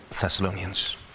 Thessalonians